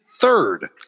third